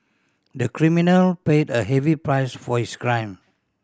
the criminal paid a heavy price for his crime